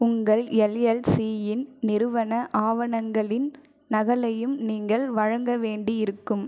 உங்கள் எல்எல்சியின் நிறுவன ஆவணங்களின் நகலையும் நீங்கள் வழங்க வேண்டி இருக்கும்